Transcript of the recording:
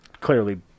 Clearly